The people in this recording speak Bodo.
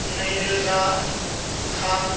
नैरोजा थाम